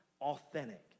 authentic